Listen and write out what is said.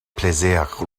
plaisaient